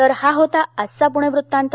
तर हा होता आजचा पुणे वृत्तांत